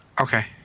Okay